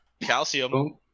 calcium